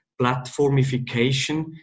platformification